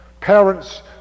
Parents